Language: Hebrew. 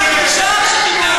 עכשיו רק נשאר שתתאמו